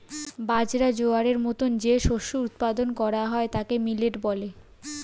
বাজরা, জোয়ারের মতো যে শস্য উৎপাদন করা হয় তাকে মিলেট বলে